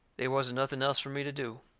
they wasn't nothing else fur me to do.